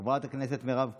חברת הכנסת מירב כהן,